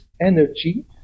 energy